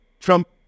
Trump